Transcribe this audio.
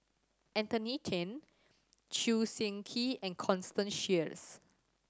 Anthony Then Chew Swee Kee and Constance Sheares